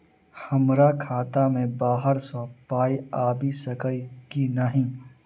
हमरा खाता मे बाहर सऽ पाई आबि सकइय की नहि?